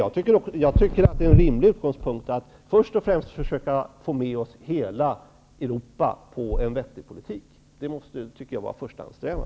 Jag tycker emellertid att det är en rimlig utgångspunkt att först och främst försöka få med oss hela Europa på en vettig politik. Det måste vara vår förstahandssträvan.